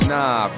Nah